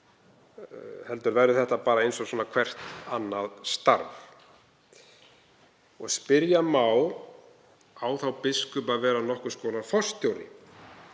heldur verði það bara eins og hvert annað starf. Spyrja má: Á þá biskup að vera nokkurs konar forstjóri